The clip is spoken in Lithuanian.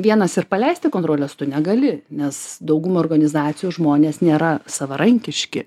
vienas ir paleisti kontrolės tu negali nes dauguma organizacijų žmonės nėra savarankiški